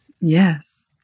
yes